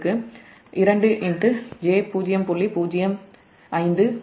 052க்கு ஆகும்